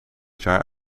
jaar